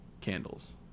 candles